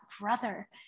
brother